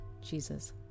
Jesus